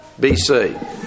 BC